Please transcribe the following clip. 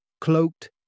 cloaked